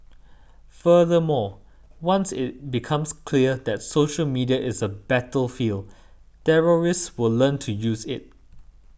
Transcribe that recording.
furthermore once it becomes clear that social media is a battlefield terrorists will learn to use it